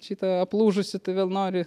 šita aplūžusi tai vėl nori